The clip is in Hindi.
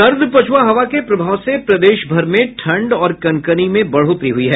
सर्द पछुआ हवा के प्रभाव से प्रदेश भर में ठंड और कनकनी में बढ़ोतरी हुई है